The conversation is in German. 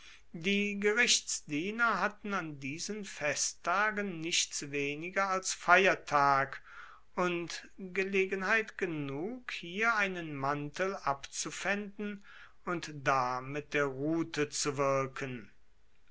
die gerichtsdiener hatten an diesen festtagen nichts weniger als feiertag und gelegenheit genug hier einen mantel abzupfaenden und da mit der rute zu wirken